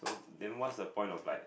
then what's the point of like